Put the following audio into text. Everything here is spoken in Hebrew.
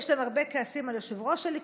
יש להם הרבה כעסים על יושב-ראש הליכוד,